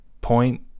point